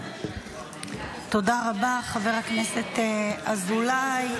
תודה רבה חבר הכנסת אזולאי.